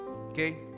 Okay